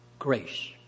grace